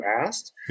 asked